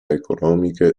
economiche